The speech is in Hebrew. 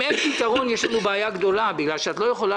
אם אין פתרון יש לנו בעיה גדולה בגלל שאת לא יכולה